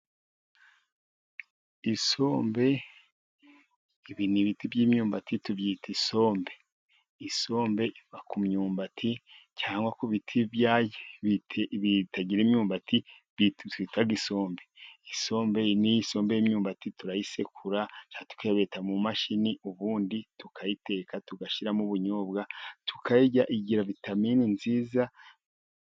Isombe ibi ni ibiti by'imyumbati tubyita isombe, isombe iva ku myumbati cyangwa ku biti bitagira imyumbati bita isombe. Isombe ni isombe y'imyumbati turayisekura cyangwa tukayibeta mu mashini ubundi tukayiteka tugashyiramo ubunyobwa tukayirya igira vitamini nziza.